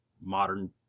modern